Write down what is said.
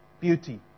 beauty